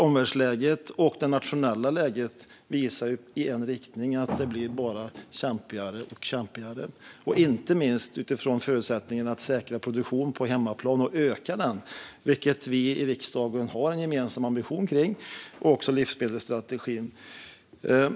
Omvärldsläget och det nationella läget pekar ju i en riktning: Det blir bara kämpigare och kämpigare. Det handlar inte minst om förutsättningarna att säkra produktionen på hemmaplan och öka den, vilket vi i riksdagen har en gemensam ambition kring, och om livsmedelsstrategin.